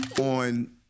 on